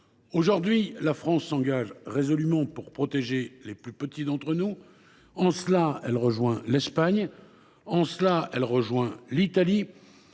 Aujourd’hui, la France s’engage résolument pour protéger les plus petits d’entre nous. En cela, elle rejoint l’Espagne et l’Italie,